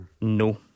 No